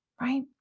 right